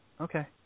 Okay